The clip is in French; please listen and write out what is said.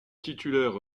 titulaire